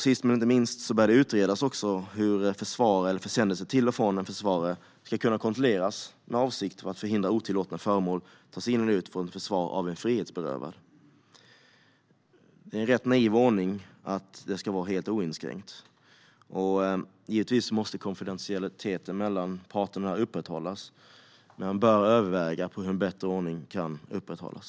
Sist men inte minst bör det utredas hur försändelser till och från en försvarare ska kunna kontrolleras. Avsikten är att förhindra att otillåtna föremål tas in eller ut av den frihetsberövades försvarare. Det är en rätt naiv ordning att låta detta vara helt oinskränkt. Givetvis måste konfidentialiteten mellan parterna upprätthållas, men man bör överväga hur en bättre ordning skulle kunna skapas.